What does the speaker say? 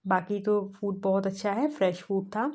बाकी तो फ़ूड बहुत अच्छा है फ़्रेश फ़ूड था